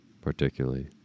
particularly